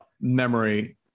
memory